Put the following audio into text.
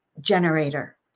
generator